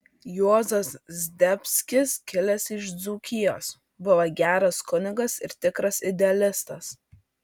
juozas zdebskis kilęs iš dzūkijos buvo geras kunigas ir tikras idealistas